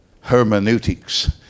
hermeneutics